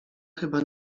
chyba